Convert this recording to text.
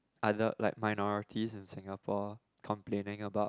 either like minority in Singapore complaining about